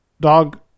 Dog